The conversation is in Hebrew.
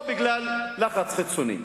או בגלל לחץ חיצוני.